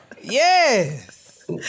Yes